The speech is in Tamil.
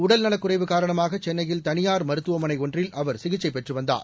உடல்நலக் குறைவு காரணமாக சென்னையில் தனியார் மருத்துவமனை ஒன்றில் அவர் சிகிச்சை பெற்று வந்தார்